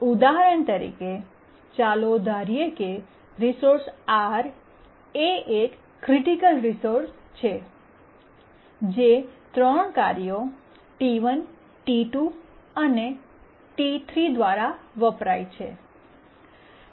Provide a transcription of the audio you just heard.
ઉદાહરણ તરીકે ચાલો ધારીએ કે રિસોર્સ R એ એક ક્રિટિકલ રિસોર્સ છે જે 3 કાર્યો T1 T2 અને T3 દ્વારા વપરાય છે